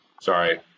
sorry